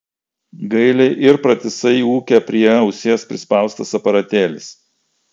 gailiai ir pratisai ūkia prie ausies prispaustas aparatėlis